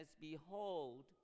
Behold